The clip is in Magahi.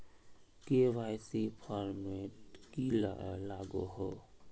के.वाई.सी फॉर्मेट की लागोहो?